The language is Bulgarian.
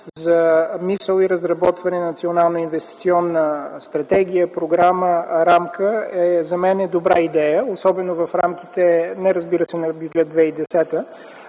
за обмисляне и разработване на Национална инвестиционна стратегия, програма, рамка, за мен е добра идея, особено в рамките – не, разбира се, на Бюджет 2010